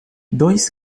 dois